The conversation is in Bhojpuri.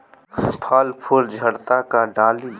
फल फूल झड़ता का डाली?